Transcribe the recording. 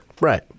Right